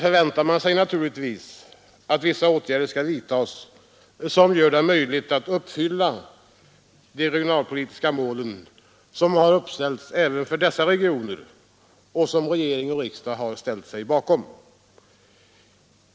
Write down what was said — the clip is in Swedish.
— förväntar man sig naturligtvis att vissa åtgärder skall vidtas som gör det möjligt att uppnå de regionalpolitiska mål som uppställts även för dessa regioner och som regering och riksdag har ställt sig bakom.